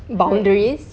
boundaries